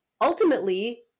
ultimately